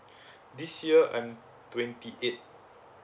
this year I 'm twenty eight